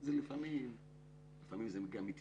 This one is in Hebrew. לפעמים זה מגיע מתסכול,